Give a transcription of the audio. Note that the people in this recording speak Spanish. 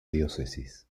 diócesis